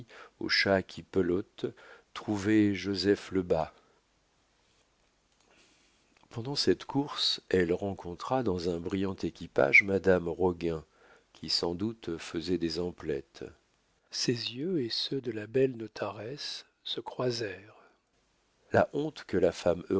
au chat qui pelote trouver joseph lebas pendant cette course elle rencontra dans un brillant équipage madame roguin qui sans doute faisait des emplettes ses yeux et ceux de la belle notaresse se croisèrent la honte que la femme